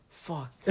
fuck